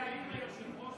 להעיר ליושב-ראש